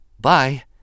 Bye